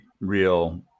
real